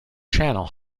channel